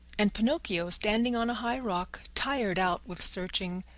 and pinocchio, standing on a high rock, tired out with searching,